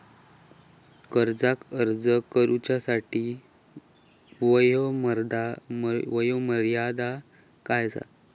कर्जाक अर्ज करुच्यासाठी वयोमर्यादा काय आसा?